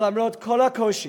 למרות כל הקושי,